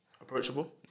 Approachable